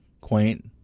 quaint